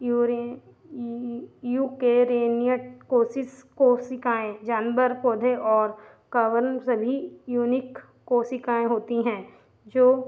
यूरे ई यूकेरेनियट कोसिस कोशिकाएं जानवर पौधे और कवन सभी यूनिक कोशिकाएँ होती हैं जो